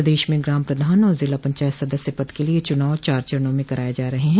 प्रदेश में ग्राम प्रधान और जिला पंचायत सदस्य पद के लिये चुनाव चार चरणों में कराये जा रहे है